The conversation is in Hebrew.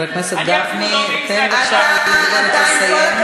חבר הכנסת גפני, תן בבקשה לדוברת לסיים.